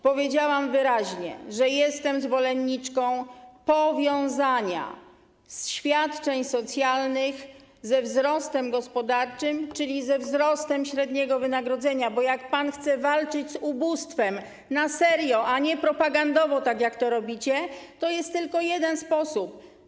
Powiedziałam wyraźnie, że jestem zwolenniczką powiązania świadczeń socjalnych ze wzrostem gospodarczym, czyli ze wzrostem średniego wynagrodzenia, bo jak pan chce walczyć z ubóstwem na serio, a nie propagandowo, tak jak to robicie, to jest tylko jeden sposób.